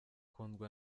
kundwa